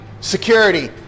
security